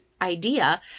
idea